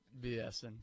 BSing